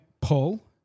pull